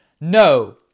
No